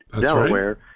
Delaware